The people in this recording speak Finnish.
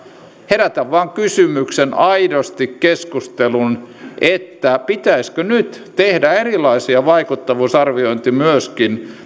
herätän vain kysymyksen aidosti keskusteluun että pitäisikö nyt tehdä erilaisia vaikuttavuusarviointeja myöskin